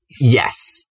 Yes